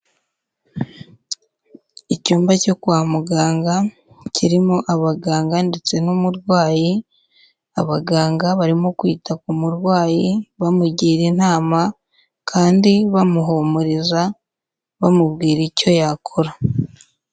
Icyumba cyo kwa muganga kirimo abaganga ndetse n'umurwayi abaganga barimo kwita ku murwayi bamugira inama kandi bamuhumuriza bamubwira icyo yakora.